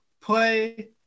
play